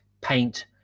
paint